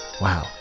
wow